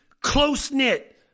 close-knit